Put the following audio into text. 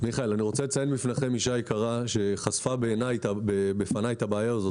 -- אני רוצה לציין בפניכם אישה יקרה שחשפה בפניי את הבעיה הזאת,